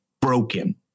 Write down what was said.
broken